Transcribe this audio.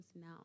now